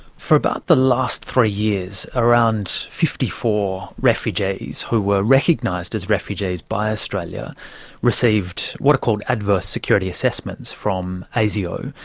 for about the last three years around fifty four refugees who were recognised as refugees by australia received what are called adverse security assessments from asio.